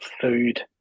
food